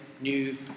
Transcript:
new